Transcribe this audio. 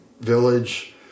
village